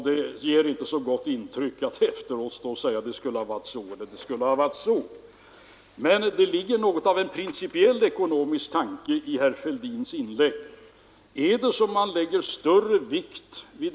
Menar moderaterna att man ovanpå detta skulle vara med på justeringen av folkpensionerna och ersättningen till barnfamiljerna, kommer vi närmare 6 miljarder.